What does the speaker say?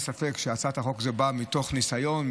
שהצעת החוק הזו באה מתוך ניסיון,